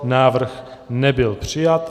Návrh nebyl přijat.